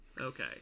Okay